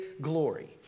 glory